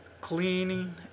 cleaning